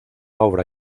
obra